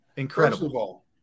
Incredible